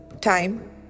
time